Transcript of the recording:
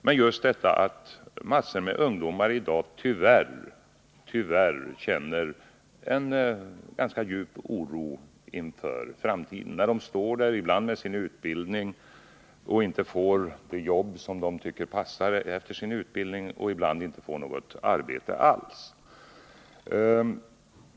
Mängder av ungdomar i dag känner tyvärr en djup oro inför framtiden när de inte kan få jobb som de tycker passar deras utbildning och ibland inte får något arbete al!s.